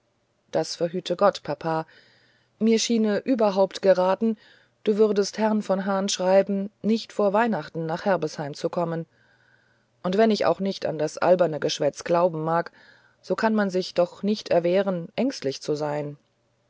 das verhüte gott papa mir schiene überhaupt geratener du würdest herrn von hahn schreiben nicht vor weihnachten nach herbesheim zu kommen und wenn ich auch nicht an das alberne geschwätz glauben mag so kann man sich doch nicht erwehren ängstlich zu sein